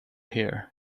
here